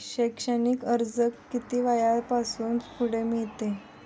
शैक्षणिक कर्ज किती वयापासून पुढे मिळते?